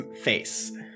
face